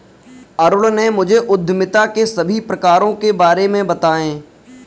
अरुण ने मुझे उद्यमिता के सभी प्रकारों के बारे में बताएं